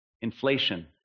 Inflation